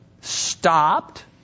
stopped